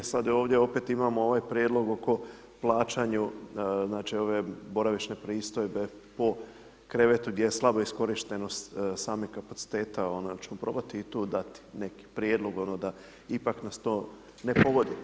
Sada ovdje opet imamo ovaj prijedlog oko plaćanja ove boravišne pristojbe po krevetu, gdje je slabo iskorištenost samih kapaciteta, hoćemo probati i tu dati neki prijedlog ono da ipak nas to ne pogodi.